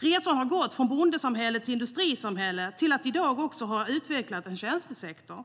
Resan har gått från bondesamhälle till industrisamhälle till att i dag också ha en utvecklad tjänstesektor.